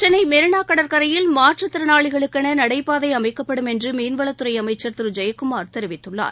சென்னை மெரினா கடற்கரையில் மாற்றுத்திறனாளிகளுக்கென நடைபாதை அமைக்கப்படும் என்று மீன்வளத் துறை அமைச்சர் திரு ஜெயக்குமார் தெரிவித்துள்ளார்